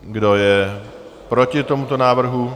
Kdo je proti tomuto návrhu?